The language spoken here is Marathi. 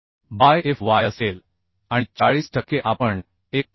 बाय fy असेल आणि 40 टक्के आपण 1